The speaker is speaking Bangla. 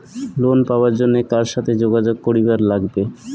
লোন পাবার জন্যে কার সাথে যোগাযোগ করিবার লাগবে?